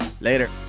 later